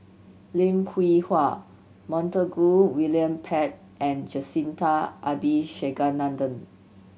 Lim Hwee Hua Montague William Pett and Jacintha Abisheganaden